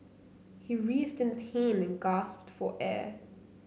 he writhed in pain and gasped for air